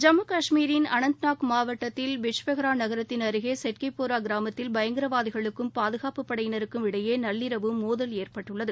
ஜம்மு கஷ்மீரின் அனந்த் நாக் மாவட்டத்தில் பிஜ்பெகாரா நகரத்தின் அருகே சுட்கிபோரா கிராமத்தில் பயங்கரவாதிகளுக்கும் பாதுகாப்பு படையினருக்கும் இடையே நள்ளிரவு மோதல் ஏற்பட்டுள்ளது